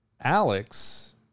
Alex